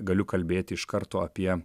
galiu kalbėti iš karto apie